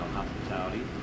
hospitality